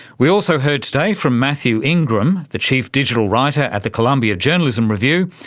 we also heard today from mathew ingram, the chief digital writer at the columbia journalism review,